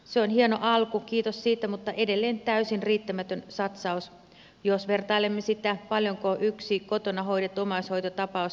se on hieno alku kiitos siitä mutta edelleen täysin riittämätön satsaus jos vertailemme sitä paljonko yksi kotona hoidettu omaishoitotapaus säästää yhteiskunnalle